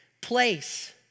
place